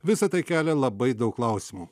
visa tai kelia labai daug klausimų